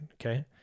okay